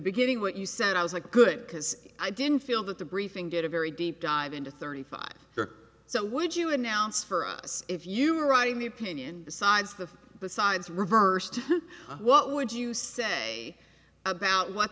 beginning what you said i was like good because i didn't feel that the briefing did a very deep dive into thirty five so would you announce for us if you were writing the opinion besides the besides reversed what would you say about what